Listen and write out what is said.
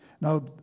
Now